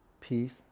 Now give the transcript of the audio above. peace